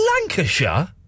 Lancashire